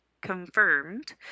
confirmed